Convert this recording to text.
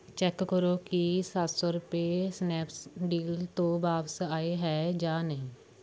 check ਕਰੋ ਕੀ ਸੱਤ ਸੌ ਰੁਪਏ ਸਨੈਪਸਡੀਲ ਤੋਂ ਵਾਪਸ ਆਏ ਹੈ ਜਾਂ ਨਹੀਂ